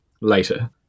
later